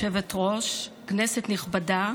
גברתי היושבת-ראש, כנסת נכבדה,